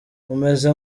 umeze